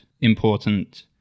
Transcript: important